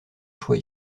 choix